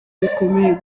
bikomeye